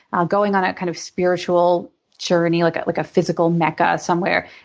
going on a kind of spiritual journey, like ah like a physical mecca somewhere.